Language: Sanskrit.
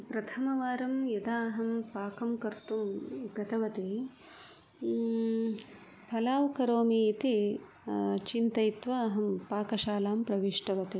प्रथमवारं यदा अहं पाकं कर्तुं गतवती फलाव् करोमि इति चिन्तयित्वा अहं पाकशालां प्रविष्टवती